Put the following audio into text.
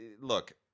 Look